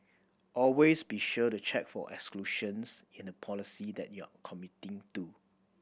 always be sure to check for exclusions in the policy that you are committing to